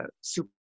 super